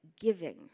giving